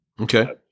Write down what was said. Okay